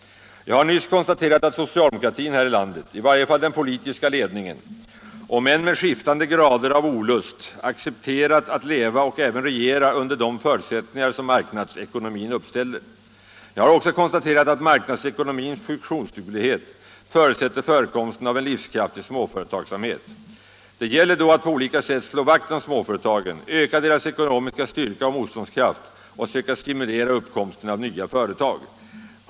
Jag har nyss konstaterat att socialdemokratin här i landet —- i varje fall den politiska ledningen - om än med skiftande grader av olust accepterat att leva och även regera under de förutsättningar som marknadsekonomin uppställer. Jag har också konstaterat att marknadsekonomins funktionsduglighet förutsätter förekomsten av en livskraftig småföretagsamhet. Det gäller då att på olika sätt slå vakt om småföretagen, öka deras ekonomiska styrka och motståndskraft och söka stimulera uppkomsten av nya företag.